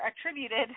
attributed